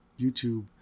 YouTube